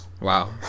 Wow